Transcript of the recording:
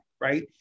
right